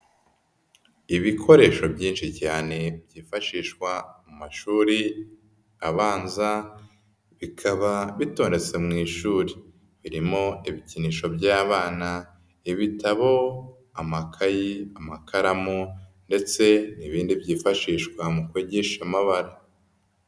Ibikoresho byinshi cyane byifashishwa mu mashuri abanza bikaba bitondetse mu ishuri. Birimo ibikinisho by'abana, ibitabo, amakayi, amakaramu ndetse n'ibindi byifashishwa mu kwigisha amabara.